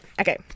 Okay